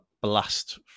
blast